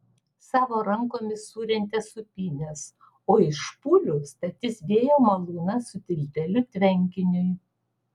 savo rankomis surentė sūpynes o iš špūlių statys vėjo malūną su tilteliu tvenkiniui